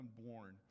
unborn